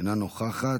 אינה נוכחת,